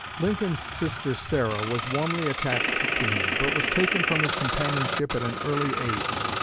lincoln's sister sarah was warmly attached to him, but was taken from his companionship at an early age.